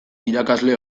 irakasle